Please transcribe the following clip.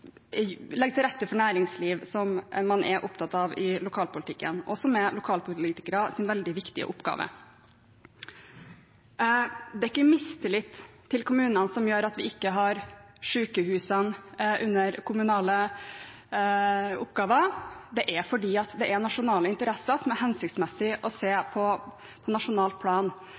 legge til rette for næringsliv som man er opptatt av i lokalpolitikken, og som er lokalpolitikernes veldig viktige oppgaver. Det er ikke mistillit til kommunene som gjør at sykehusene ikke ligger under kommunale oppgaver, det er fordi dette er nasjonale interesser som det er hensiktsmessig å